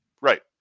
Right